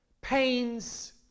pains